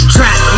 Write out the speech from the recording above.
Trap